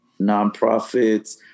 nonprofits